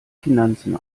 finanzen